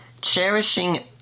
Cherishing